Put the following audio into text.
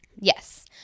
Yes